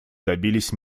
добились